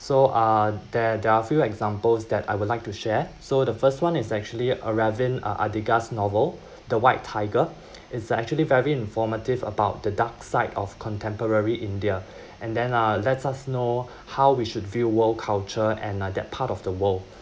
so uh there there are few examples that I would like to share so the first one is actually aravind uh adiga's novel the white tiger is actually very informative about the dark side of contemporary india and then uh let's us know how we should view world culture and uh that part of the world